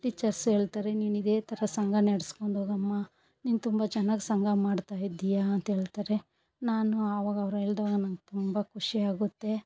teachers ಹೇಳ್ತಾರೆ ನೀನು ಇದೇ ಥರ ಸಂಘ ನಡ್ಸ್ಕೊಂಡು ಹೋಗಮ್ಮ ನೀನು ತುಂಬ ಚೆನ್ನಾಗ್ ಸಂಘ ಮಾಡ್ತಾಯಿದ್ದೀಯ ಅಂತೇಳ್ತಾರೆ ನಾನು ಆವಾಗ ಅವ್ರು ಹೇಳ್ದವಾಗ ನಂಗೆ ತುಂಬ ಖುಷಿಯಾಗುತ್ತೆ